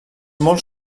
molt